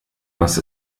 was